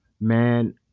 man